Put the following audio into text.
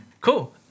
Cool